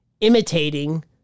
imitating